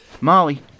Molly